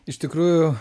iš tikrųjų